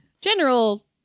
general